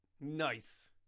Nice